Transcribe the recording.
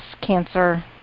cancer